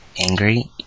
angry